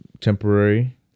temporary